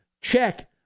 Check